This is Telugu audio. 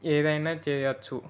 ఏదైనా చెయ్యొచ్చు